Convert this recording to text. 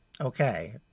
Okay